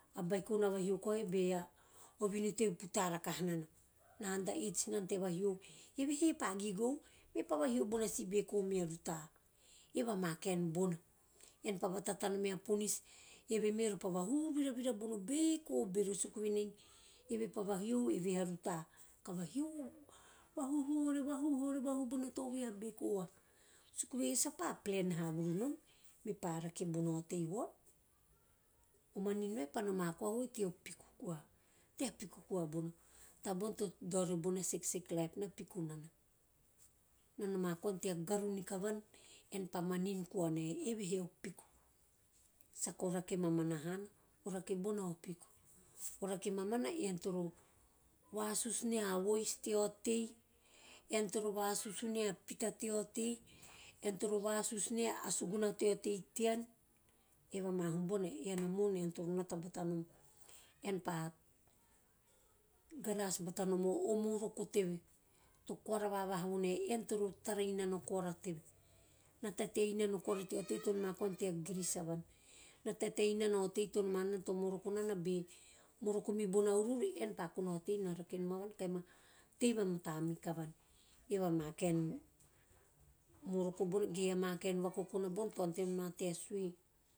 A beikome na under age beo vinu teve puta vakaha nana. Evehe pa gigou mepa vahio bona beiko me a ruta. Eve ama kaen bona ean pa vatana mea ma ponis, eve re me pa vahuhu virara bono beiko bero suku venei eve pa vahiou evehe a ruta, kahi vahio vavuhu ore - vavuhu ore - vahuhu bona tovihi a beiko suku venei sa pa plan havuru nom me a rake bona otei vaoi. O manin vai pa noma tae dao riori bona seksek laip na piku nana. Na noma koana tea garu nikivan ean pa manin koa nae evehe o piku, saka o rake mamana hana o rake bona o piku. O rake mamana, ean toro vasusu nea vois tea otei, ean toro vasus nea pita tea otei, ean toro vasus nea sugana tea otei tean, eve ama hum bona ean a mo`on toro nata batonom ean pa, garas batonom o moroko teve to koara vavaha vonae, ean toro tarainana o koara tea giris avan, na tatai na a otei to noma nana to moroko nana be moroko mibona ururu ean re pa kona a otei na rakanom avan, kahi ma tei vamata mekavan. Eve ama kaen moroko bona ge ama kaen vakokona bona to ante nom na tae sue.